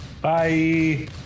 Bye